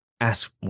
ask